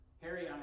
Harry